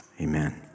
Amen